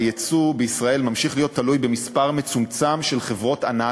היצוא בישראל ממשיך להיות תלוי במספר מצומצם של חברות ענק,